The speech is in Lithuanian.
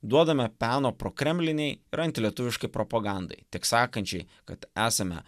duodame peno prokremlinei ir antilietuviškai propagandai tiek sakančiai kad esame